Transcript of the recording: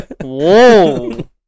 Whoa